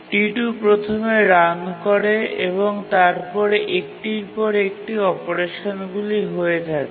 T2 প্রথমে run করে এবং তারপরে একটির পর একটি অপারেশনগুলি হয়ে থাকে